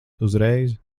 uzreiz